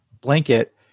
blanket